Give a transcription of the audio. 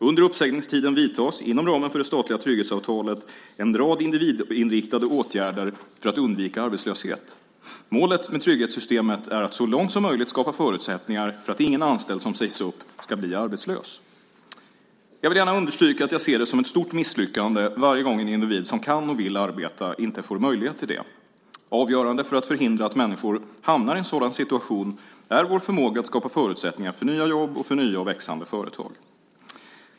Under uppsägningstiden vidtas, inom ramen för det statliga trygghetsavtalet, en rad individinriktade åtgärder för att undvika arbetslöshet. Målet med trygghetssystemet är att så långt som möjligt skapa förutsättningar för att ingen anställd som sägs upp ska bli arbetslös. Jag vill gärna understryka att jag ser det som ett stort misslyckande varje gång en individ som kan och vill arbeta inte får möjlighet till det. Avgörande för att förhindra att människor hamnar i en sådan situation är vår förmåga att skapa förutsättningar för nya jobb och för nya och växande företag.